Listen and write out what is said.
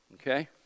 Okay